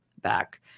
back